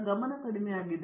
ಪ್ರತಾಪ್ ಹರಿಡೋಸ್ ಸರಿ